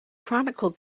chronicle